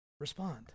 respond